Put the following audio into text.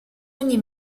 ogni